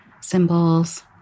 symbols